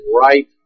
right